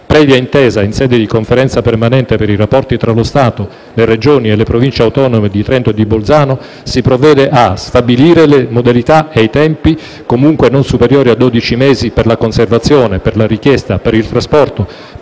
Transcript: previa intesa in sede di Conferenza permanente per i rapporti tra lo Stato, le Regioni e le Province autonome di Trento e di Bolzano, si provvede: a stabilire le modalità e i tempi, comunque non superiori a dodici mesi per la conservazione, per la richiesta, per il trasporto,